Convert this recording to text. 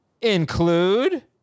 include –